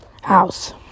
house